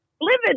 living